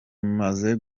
amaze